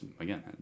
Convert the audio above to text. again